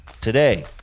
today